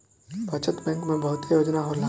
बचत बैंक में बहुते योजना होला